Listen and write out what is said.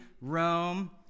Rome